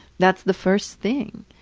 that's the first thing.